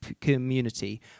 community